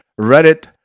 Reddit